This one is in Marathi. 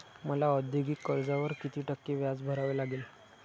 मला औद्योगिक कर्जावर किती टक्के व्याज भरावे लागेल?